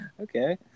okay